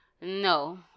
No